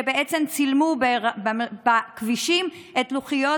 שבה צילמו בכבישים בחשאי את לוחיות